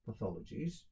pathologies